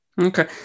Okay